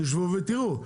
תשבו ותראו.